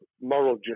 moral